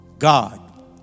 God